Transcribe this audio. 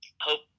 hope